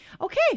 Okay